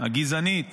הגזענית